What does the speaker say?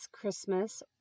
Christmas